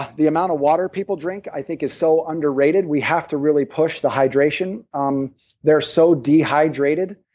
the amount of water people drink, i think, is so underrated, we have to really push the hydration. um they're so dehydrated,